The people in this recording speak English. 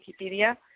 Wikipedia